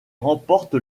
remporte